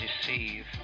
deceive